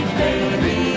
baby